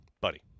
buddy